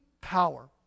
power